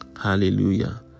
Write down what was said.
Hallelujah